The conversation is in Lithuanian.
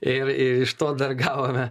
ir iš to dar gavome